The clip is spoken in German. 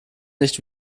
nicht